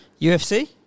UFC